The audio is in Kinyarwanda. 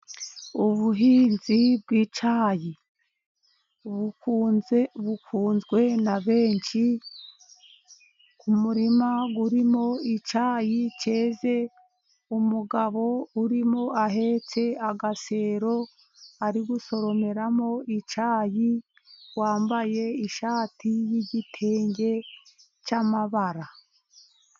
Ubuhinzi bw'icyayi bukunzwe n'abenshi , ku murima urimo icyayi cyeze , umugabo urimo ahetse agasero ari gusoromeramo icyayi , wambaye ishati y'igitenge cy'amabara.